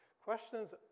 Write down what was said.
Questions